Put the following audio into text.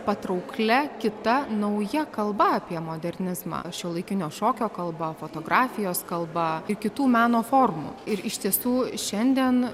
patrauklia kita nauja kalba apie modernizmą šiuolaikinio šokio kalba fotografijos kalba ir kitų meno formų ir iš tiesų šiandien